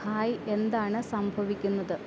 hi എന്താണ് സംഭവിക്കുന്നത്